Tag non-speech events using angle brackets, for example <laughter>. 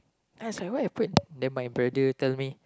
I was like what happen <noise> then my brother tell me